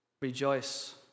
Rejoice